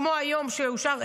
כמו היום שאושר,